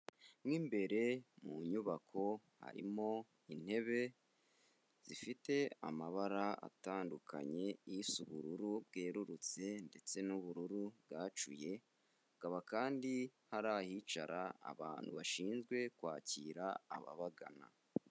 Mo imbere mu nyubako harimo intebe zifite amabara atandukanye, isa ubururu bwerurutse ndetse n'ubururu bwacuye, hakaba kandi hari ahicara abantu bashinzwe kwakira ababagana.